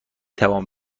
توان